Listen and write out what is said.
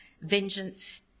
vengeance